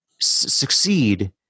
succeed